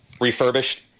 refurbished